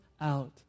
out